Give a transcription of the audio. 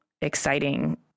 exciting